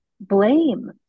blame